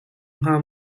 hnga